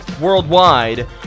worldwide